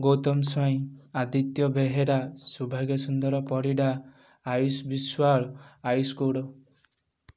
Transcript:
Gautam Swain Aditya Behera Soubhagya Sundar Parida Ayush Biswal Ayush